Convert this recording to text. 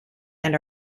and